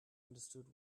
understood